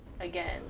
again